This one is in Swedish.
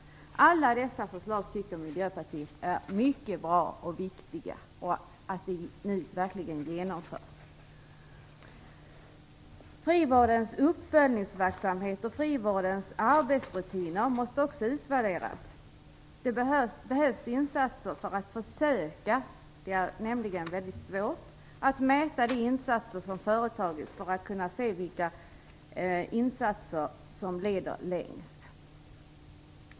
Miljöpartiet tycker att alla dessa förslag är mycket bra, och det är viktigt att de nu verkligen genomförs. Frivårdens uppföljningsverksamhet och arbetsrutiner måste också utvärderas. Det behövs resurser för att försöka mäta de insatser som företagits - det är nämligen väldigt svårt - så att man kan se vilka som leder längst.